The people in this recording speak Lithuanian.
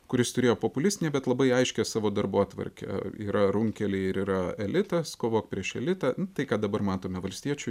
kuris turėjo populistinę bet labai aiškią savo darbotvarkę yra runkeliai ir yra elitas kovok prieš elitą nu tai ką dabar matome valstiečių